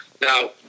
Now